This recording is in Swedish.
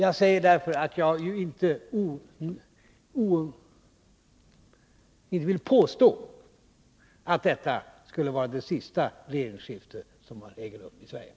Jag säger detta därför att jag inte vill påstå att detta skulle vara det sista regeringsskiftet som äger rum i Sverige.